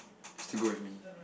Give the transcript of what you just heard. you still go with me